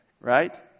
right